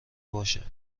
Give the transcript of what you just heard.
باشه